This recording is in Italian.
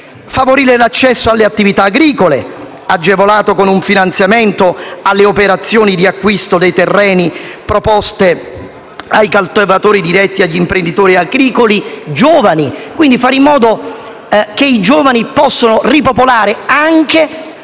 favorire l'accesso alle attività agricole, si agevolano con un finanziamento le operazioni di acquisto di terreni proposte dai coltivatori diretti e dagli imprenditori agricoli giovani, per fare in modo che i giovani possano ripopolare non